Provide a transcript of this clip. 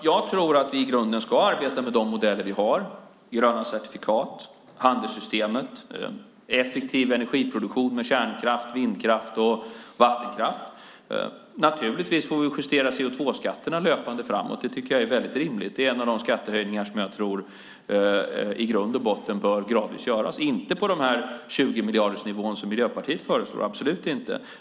Jag tror att vi i grunden ska arbeta med de modeller vi har: gröna certifikat, handelssystemet och effektiv energiproduktion med kärnkraft, vindkraft och vattenkraft. Naturligtvis får vi justera CO2-skatterna löpande framåt; det tycker jag är rimligt. Det är en av de skattehöjningar som jag tror i grund och botten gradvis bör göras. Det ska absolut inte vara på den 20-miljardersnivå som Miljöpartiet föreslår.